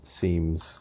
seems